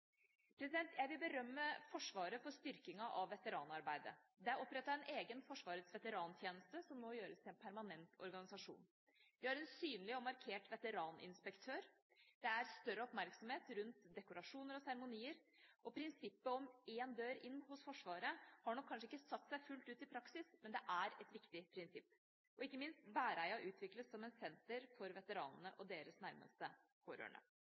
Jeg vil berømme Forsvaret for styrkinga av veteranarbeidet. Det er oppretta en egen Forsvarets veterantjeneste som nå gjøres til en permanent organisasjon, vi har en synlig og markant veteraninspektør, det er større oppmerksomhet rundt dekorasjoner og seremonier, prinsippet om «én dør inn» hos Forsvaret har nok kanskje ikke satt seg fullt ut i praksis, men det er et viktig prinsipp, og ikke minst utvikles Bæreia som et senter for veteranene og deres nærmeste pårørende.